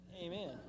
Amen